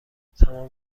تمام